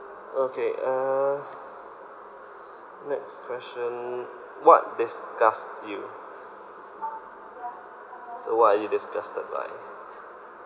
okay uh next question what disgusts you so what are you disgusted by